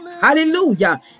Hallelujah